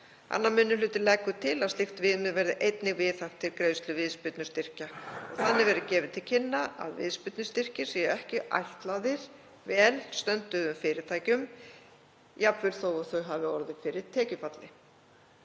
eins. 2. minni hluti leggur til að slíkt viðmið verði einnig viðhaft við greiðslu viðspyrnustyrkja og þannig verði gefið til kynna að viðspyrnustyrkir séu ekki ætlaðir vel stöndugum fyrirtækjum jafnvel þótt þau hafi orðið fyrir tekjufalli.